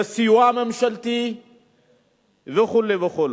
לסיוע ממשלתי וכו' וכו'.